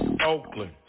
Oakland